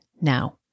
now